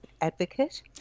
advocate